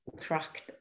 cracked